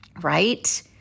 right